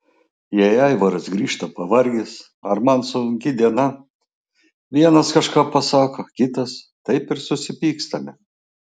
jei aivaras grįžta pavargęs ar man sunki diena vienas kažką pasako kitas taip ir susipykstame